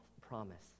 promise